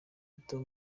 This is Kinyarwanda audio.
gito